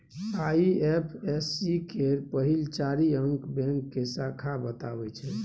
IFSC केर पहिल चारि अंक बैंक के शाखा बताबै छै